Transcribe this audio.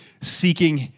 seeking